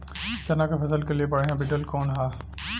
चना के फसल के लिए बढ़ियां विडर कवन ह?